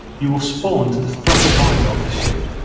you will spawn to the front right of the ship,